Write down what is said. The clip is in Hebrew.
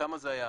כמה זה היה?